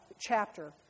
chapter